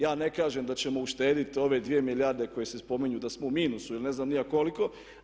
Ja ne kažem da ćemo uštedit ove dvije milijarde koje se spominju da smo u minusu ili ne znam ni ja koliko.